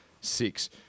six